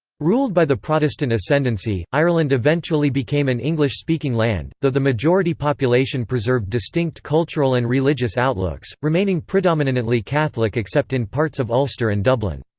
ruled by the protestant ascendancy, ireland eventually became an english-speaking land, though the majority population preserved distinct cultural and religious outlooks, remaining predomininantly catholic except in parts of ulster and dublin.